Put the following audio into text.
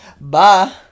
Bye